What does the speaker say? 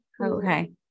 Okay